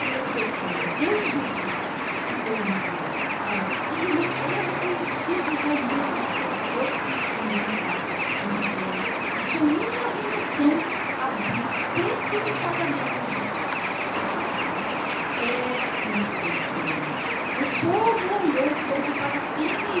toda deu um grito ficou lívida levou as mãos aos olhos parecia-lhe ter reconhecido raimundo naquele corpo ensangüentado duvidou e sem ânimo de formular um pensamento abriu de súbito as vidraças era com efeito ele o povo olhou todo para cima